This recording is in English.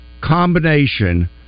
combination